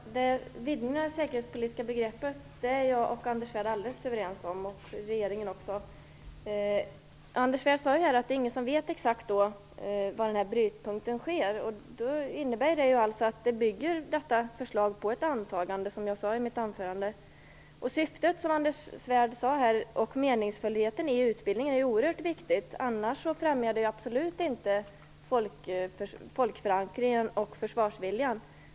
Herr talman! Vidgningen av det säkerhetspolitiska begreppet är jag och Anders Svärd helt överens om, och även regeringen. Anders Svärd sade att ingen vet exakt var brytpunkten finns, och det innebär att detta förslag bygger på ett antagande, som jag sade i mitt anförande. Syftet och meningsfullheten i utbildningen är oerhört viktiga, som Anders Svärd sade, annars främjas absolut inte folkförankringen och försvarsviljan.